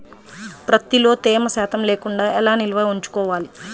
ప్రత్తిలో తేమ శాతం లేకుండా ఎలా నిల్వ ఉంచుకోవాలి?